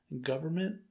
government